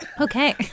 Okay